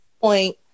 point